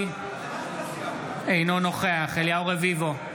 אינו נוכח אליהו רביבו,